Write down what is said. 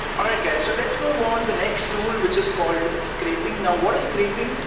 alright guys, so let's move on to the next tool which is called scraping. now, what is scraping?